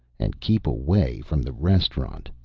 and keep away from the restaurant.